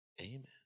Amen